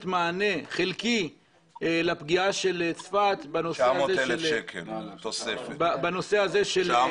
מענה חלקי לפגיעה של צפת בנושא של ביטול ערי עולים.